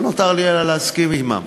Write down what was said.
לא נותר לי אלא להסכים עמם,